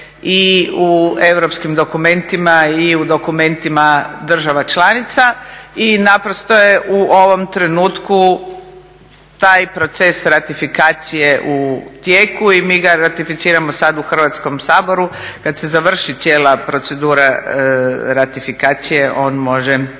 i u europskim dokumentima, i u dokumentima država članica i naprosto je u ovom trenutku taj proces ratifikacije u tijeku i mi ga ratificiramo sad u Hrvatskom saboru. Kad se završi cijela procedura ratifikacije on može